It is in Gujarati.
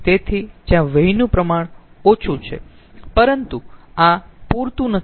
તેથી ત્યાં વ્યયનું પ્રમાણ ઓછું છે પરંતુ આ પૂરતું નથી